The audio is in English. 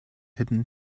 hidden